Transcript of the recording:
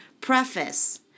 Preface